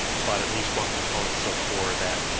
but at least one component so poor that